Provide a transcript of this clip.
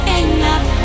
enough